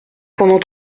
pendant